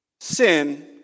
sin